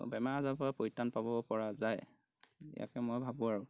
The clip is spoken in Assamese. বেমাৰ আজাৰ পৰা পৰিত্ৰাণ পাব পৰা যায় ইয়াকে মই ভাবোঁ আৰু